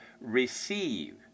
Receive